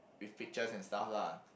with pictures and stuff lah